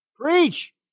Preach